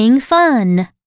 fun